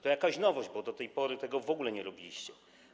To jakaś nowość, bo do tej pory tego w ogóle nie robiliście.